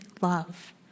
love